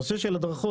נושא של הדרכות,